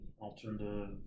alternative